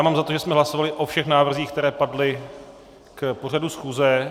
Mám za to, že jsme hlasovali o všech návrzích, které padly k pořadu schůze.